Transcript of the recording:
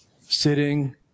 Sitting